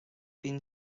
been